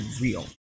real